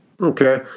Okay